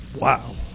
Wow